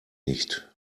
nicht